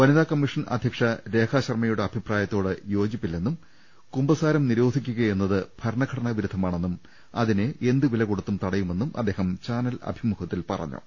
വനിത commission അധ്യക്ഷ രേഖാശർമ യുടെ അഭിപ്രായത്തോട് യോജിപ്പില്ലെന്നും കുമ്പസാരം നിരോധിക്കുകയെന്നത് ഭരണഘടനാ വിരുദ്ധമാണെന്നും ഇതിനെ ്എന്തുവില കൊടുത്തും തടയുമെന്നും അദ്ദേഹം പറഞ്ഞു